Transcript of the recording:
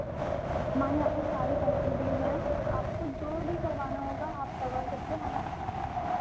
ہمارے یہاں پر سارے فسلیٹیز ہیں آپ کو جو بھی کروانا ہوگا آپ کروا سکتے ہے ہم